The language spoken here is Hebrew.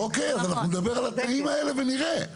אוקיי, אז אנחנו נדבר על התנאים האלה ונראה.